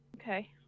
Okay